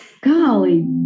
golly